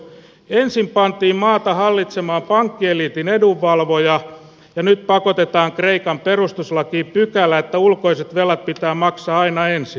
ensin pantiin maata hallitsemaan pankkieliitin edunvalvoja ja nyt pakotetaan kreikan perustuslakiin pykälä että ulkoiset velat pitää maksaa aina ensin